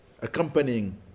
accompanying